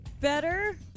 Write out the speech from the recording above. better